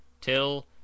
till